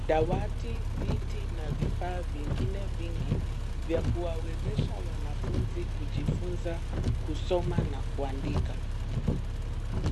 Dawati, viti, na vifaa vingine vingi, vya kuwawezesha wanafunzi kujifunza kusoma na kuandika.